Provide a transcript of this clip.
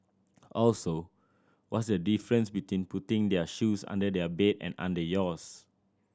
also what's the difference between putting their shoes under their bed and under yours